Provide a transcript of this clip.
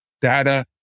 data